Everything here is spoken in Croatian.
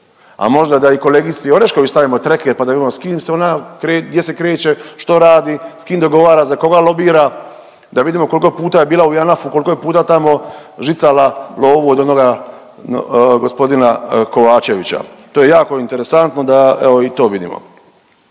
a možda da i kolegici Orešković stavimo tracker pa da vidimo s kim se ona kreće, gdje se kreće, što radi, s kim dogovara, za koga lobira, da vidimo koliko je puta bila u JANAF-u, koliko je puta tamo žicala lovu od onoga gospodina Kovačevića. To je jako interesantno da evo i to vidimo.